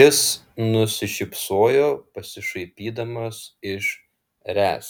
jis nusišypsojo pasišaipydamas iš ręs